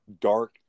dark